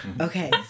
Okay